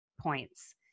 points